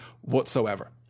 whatsoever